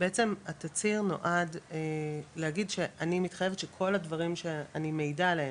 בעצם התצהיר נועד להגיד שאני מתחייבת שכל הדברים שאני מעידה עליהן,